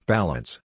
Balance